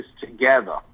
together